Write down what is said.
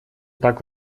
так